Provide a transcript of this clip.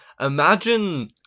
imagine